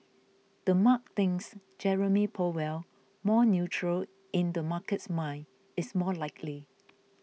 the mark things Jerome Powell more neutral in the market's mind is more likely